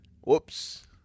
Whoops